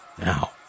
Now